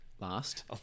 Last